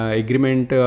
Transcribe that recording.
agreement